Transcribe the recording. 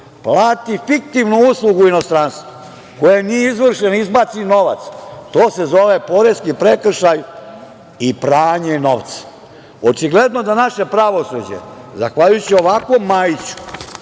plati fiktivnu uslugu inostranstvu koja nije izvršena, izbaci novac, to se zove poreski prekršaj i pranje novca. Očigledno da naše pravosuđe zahvaljujući ovakvom Majiću